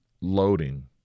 loading